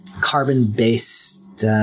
carbon-based